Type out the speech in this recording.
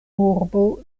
urbo